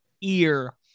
ear